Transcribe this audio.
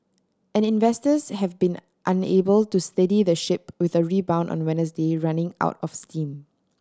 and investors have been unable to steady the ship with a rebound on Wednesday running out of steam